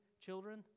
children